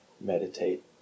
meditate